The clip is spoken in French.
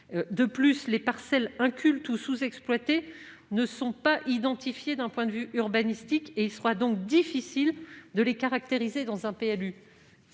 En outre, les parcelles incultes ou sous-exploitées ne sont pas identifiées d'un point de vue urbanistique ; il sera donc difficile de les caractériser dans un PLU.